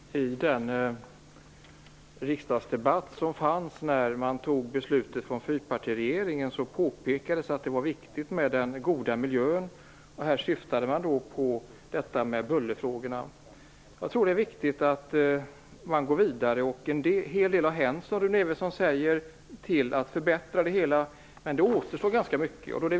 Herr talman! I den riksdagsdebatt där man fattade beslutet om fyrpartiregeringens förslag påpekades att det var viktigt med den goda miljön. Man syftade på bullret. Det är viktigt att nu gå vidare. En hel del har redan hänt, som Rune Evensson säger, när det gäller att förbättra det hela, men det återstår ganska mycket.